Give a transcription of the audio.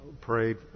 prayed